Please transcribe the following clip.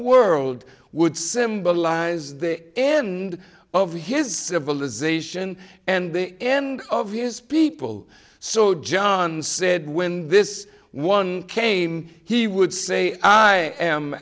world would symbolize the end of his civilization and the end of his people so john said when this one came he would say i am